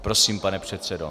Prosím, pane předsedo.